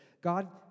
God